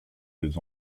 des